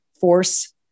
force